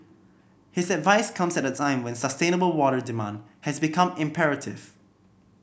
his advice comes at a time when sustainable water demand has become imperative